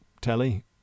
telly